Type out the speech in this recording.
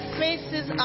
faces